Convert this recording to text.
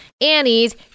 Annie's